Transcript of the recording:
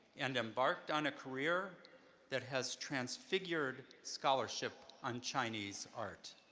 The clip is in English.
and embarked on a career that has transfigured scholarship on chinese art.